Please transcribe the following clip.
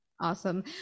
awesome